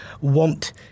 want